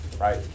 right